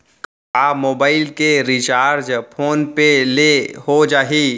का मोबाइल के recharge PhonePe ले हो जाही?